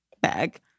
bag